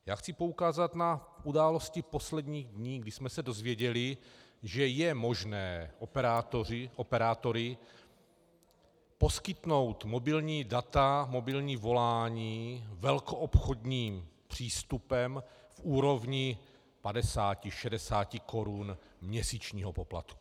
Já chci poukázat na události posledních dní, kdy jsme se dozvěděli, že je možné operátory poskytnout mobilní data, mobilní volání velkoobchodním přístupem v úrovni padesáti, šedesáti korun měsíčního poplatku.